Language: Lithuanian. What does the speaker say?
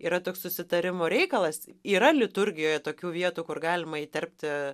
yra toks susitarimo reikalas yra liturgijoje tokių vietų kur galima įterpti